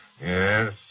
Yes